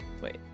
Wait